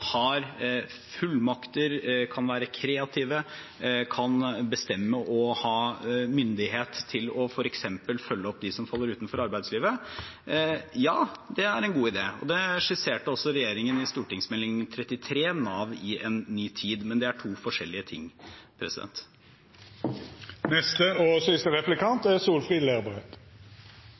har fullmakter, kan være kreative, kan bestemme og ha myndighet til f.eks. å følge opp dem som faller utenfor arbeidslivet? Ja, det er en god idé, og det skisserte også regjeringen i Meld. St. 33 for 2015–2016, Nav i en ny tid. Men det er to forskjellige ting.